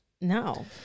No